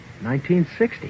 1960